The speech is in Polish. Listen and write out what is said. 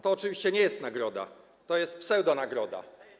To oczywiście nie jest nagroda, to jest pseudonagroda.